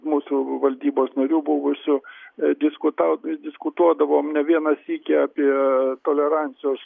mūsų valdybos nariu buvusiu diskutau diskutuodavom ne vieną sykį apie tolerancijos